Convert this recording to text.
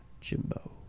Jimbo